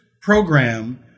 program